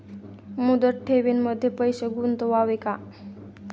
मुदत ठेवींमध्ये पैसे गुंतवावे का?